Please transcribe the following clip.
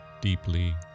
deeply